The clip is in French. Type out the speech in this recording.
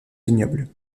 vignoble